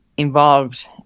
Involved